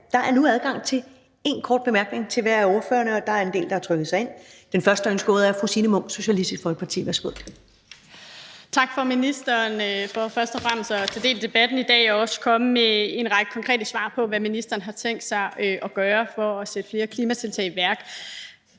Der er nu adgang til en kort bemærkning til hver af ordførerne, og der er en del, der har trykket sig ind. Den første, der får ordet, er fru Signe Munk, Socialistisk Folkeparti. Værsgo. Kl. 13:15 Signe Munk (SF): Tak til ministeren for først og fremmest at tage del i debatten i dag og også for at komme med en række konkrete svar på, hvad ministeren har tænkt sig at gøre for at sætte flere klimatiltag i værk.